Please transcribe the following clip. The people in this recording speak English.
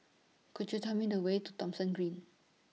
Could YOU Tell Me The Way to Thomson Green